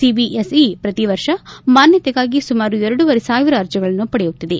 CBSE ಪ್ರತಿ ವರ್ಷ ಮಾನ್ಯತೆಗಾಗಿ ಸುಮಾರು ಎರಡೂವರೆ ಸಾವಿರ ಅರ್ಜಿಗಳನ್ನು ಪಡೆಯುತ್ತಿದೆ